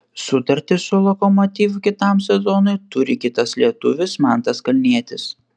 sutartį su lokomotiv kitam sezonui turi kitas lietuvis mantas kalnietis